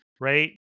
right